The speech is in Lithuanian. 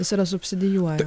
jis yra subsidijuoja